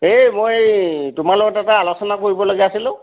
এই মই তোমাৰ লগত এটা আলোচনা কৰিবলগীয়া আছিল